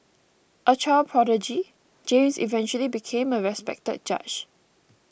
a child prodigy James eventually became a respected judge